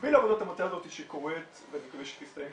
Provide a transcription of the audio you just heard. במקביל לעבודת המטה הזאת שקורית ואני מקווה שהיא תסתיים,